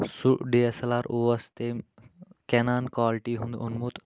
سُہ D S L R اوس تٔمۍ کینان کالٹی ہُنٛد اوٚنمُت